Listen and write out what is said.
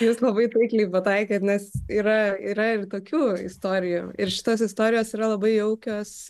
jūs labai taikliai pataikėt nes yra yra ir tokių istorijų ir šitos istorijos yra labai jaukios